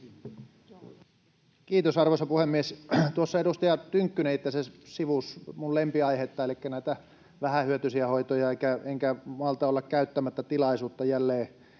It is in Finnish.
Kiitos, arvoisa puhemies! Tuossa edustaja Tynkkynen itse asiassa sivusi minun lempiaihettani elikkä näitä vähähyötyisiä hoitoja, enkä malta olla käyttämättä tilaisuutta jälleen